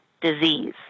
disease